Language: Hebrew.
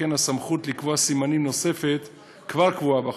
שכן הסמכות לקבוע סימנים נוספים כבר קבועה בחוק.